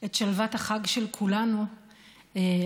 את שלוות החג של כולנו ההסכם